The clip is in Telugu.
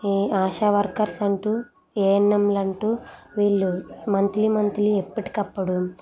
ఈ ఆశ వర్కర్స్ అంటూ ఏఎన్ఎంలు అంటూ వీళ్ళు మంత్లీ మంత్లీ ఎప్పటికప్పుడు